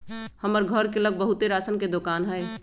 हमर घर के लग बहुते राशन के दोकान हई